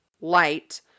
light